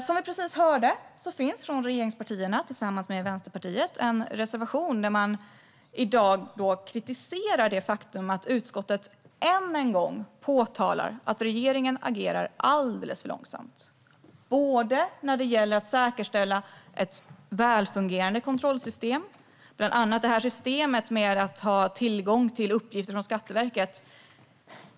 Som vi precis hörde finns det från regeringspartierna, tillsammans med Vänsterpartiet, en reservation där man i dag kritiserar det faktum att utskottet än en gång påtalar att regeringen agerar alldeles för långsamt, bland annat när det gäller att säkerställa ett välfungerande kontrollsystem, till exempel tillgång till uppgifter från Skatteverket.